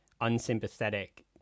unsympathetic